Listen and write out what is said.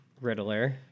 Riddler